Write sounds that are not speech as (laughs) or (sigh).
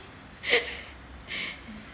(laughs)